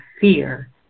fear